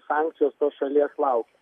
sankcijos tos šalies laukia